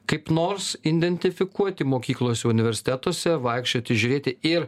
kaip nors identifikuoti mokyklose universitetuose vaikščioti žiūrėti ir